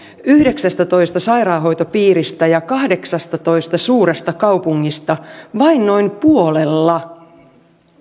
yhdeksästätoista sairaanhoitopiiristä ja kahdeksastatoista suuresta kaupungista vain noin puolella